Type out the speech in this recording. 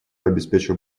обеспечил